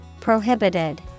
Prohibited